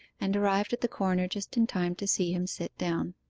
and arrived at the corner just in time to see him sit down.